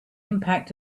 impact